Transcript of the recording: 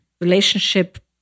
relationship